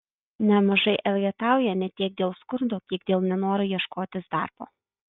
nemažai elgetauja ne tiek dėl skurdo kiek dėl nenoro ieškotis darbo